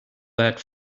that